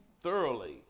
thoroughly